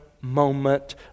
moment